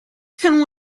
can